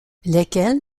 lesquels